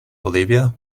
bolivia